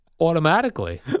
automatically